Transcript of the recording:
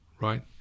right